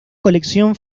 colección